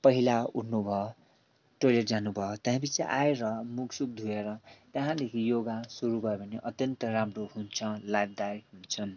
पहिला उठ्नु भयो टोइलेट जानु भयो त्यहाँ पछि आएर मुख सुख धोएर त्यहाँदेखि योगा सुरु भयो भने अत्यन्त राम्रो हुन्छ लाभदायक हुन्छन्